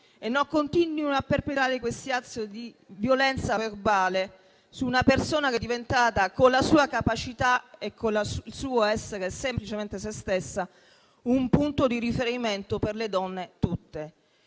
e non continuino a perpetrare questi atti di violenza verbale su una persona che è diventata, con le sue capacità, essendo semplicemente se stessa, un punto di riferimento per tutte